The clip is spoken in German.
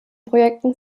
projekten